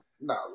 no